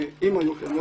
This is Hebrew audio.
אם היו אני לא